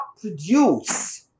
produce